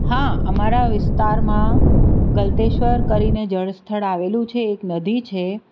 હા અમારા વિસ્તારમાં ગલતેશ્વર કરીને જળ સ્થળ આવેલું છે એક નદી છે